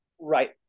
right